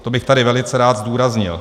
To bych tady velice rád zdůraznil.